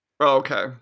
okay